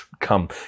come